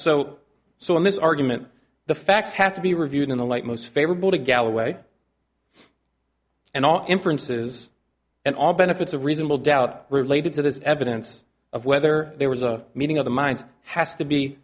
so so in this argument the facts have to be reviewed in the light most favorable to galloway and all inferences and all benefits of reasonable doubt related to this evidence of whether there was a meeting of the minds has to be